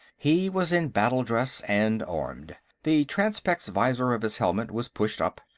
he was in battle-dress and armed the transpex visor of his helmet was pushed up.